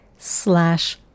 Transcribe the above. slash